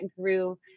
grew